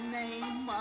name